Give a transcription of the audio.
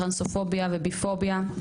טרנסופוביה ו-ביפוביה.